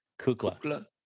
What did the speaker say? Kukla